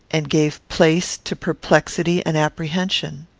and gave place to perplexity and apprehension.